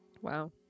Wow